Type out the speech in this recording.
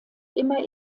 immer